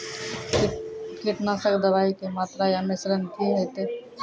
कीटनासक दवाई के मात्रा या मिश्रण की हेते?